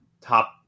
top